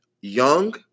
young